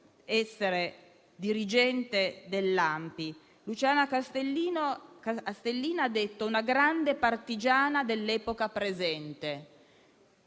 essere dirigente dell'ANPI. Luciana Castellina l'ha definita: «Una grande partigiana dell'epoca presente»,